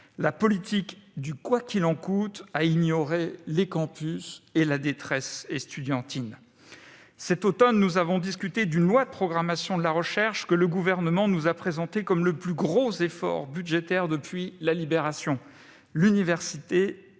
La politique du « quoi qu'il en coûte » a ignoré les campus et la détresse estudiantine. Cet automne, nous avons discuté d'une loi de programmation de la recherche, qui nous a été présentée par le Gouvernement comme le plus gros effort budgétaire depuis la Libération. L'université